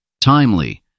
timely